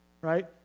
Right